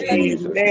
Jesus